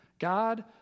God